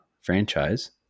franchise